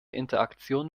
interaktion